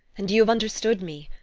and you have understood me.